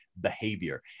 behavior